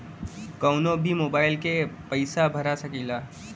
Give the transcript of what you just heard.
कन्हू भी मोबाइल के पैसा भरा सकीला?